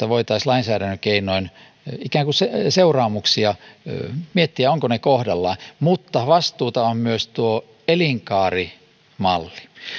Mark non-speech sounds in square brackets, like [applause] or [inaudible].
[unintelligible] voitaisiin lainsäädännön keinoin tätä vastuukysymystä ikään kuin seuraamuksia miettiä ovatko ne kohdallaan mutta vastuuta on myös tuo elinkaarimalli